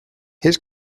his